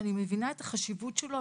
שאני מבינה את החשיבות שלו,